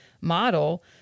model